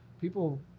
People